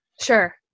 Sure